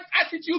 attitude